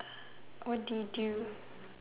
what do you do